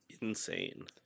insane